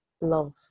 love